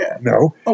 No